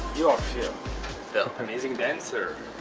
you are phil. phil. amazing dancer.